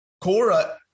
Cora